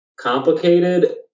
complicated